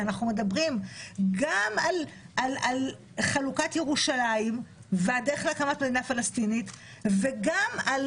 ואנחנו מדברים גם על חלוקת ירושלים והדרך להקמת מדינה פלסטינית וגם על